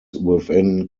within